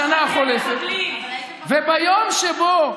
בשנה החולפת, וביום שבו,